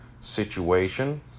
situation